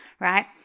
Right